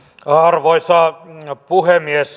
arvoisa puhemies